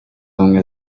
ubumwe